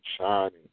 shining